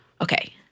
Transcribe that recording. Okay